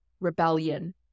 rebellion